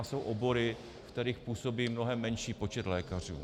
Jsou obory, ve kterých působí mnohem menší počet lékařů.